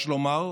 יש לומר.